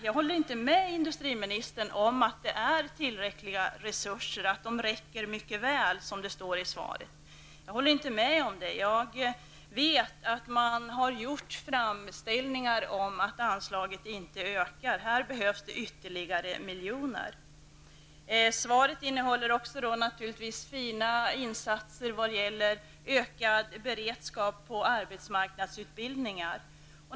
Jag håller inte med industriministern om att det är tillräckliga resurser, att de räcker mycket väl, som industriministern säger i sitt svar. Jag vet att det har gjorts framställningar där man påpekat att anslaget inte har ökat. Här behövs ytterligare miljoner. I svaret nämns naturligtvis fina insatser när det gäller ökad beredskap på arbetsmarknadsutbildning.